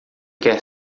quer